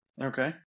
Okay